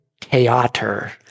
theater